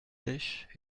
sèches